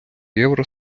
євро